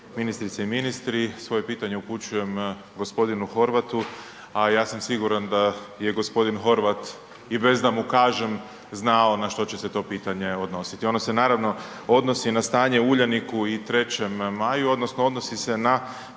ministrice i ministri, svoje pitanje upućujem gospodinu Horvatu, a ja sam siguran da je gospodin Horvat i bez da mu kažem znao na što će se to pitanje odnositi. Ono se naravno odnosi na stanje u Uljaniku i 3. maju, odnosno odnosi se na